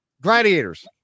Gladiators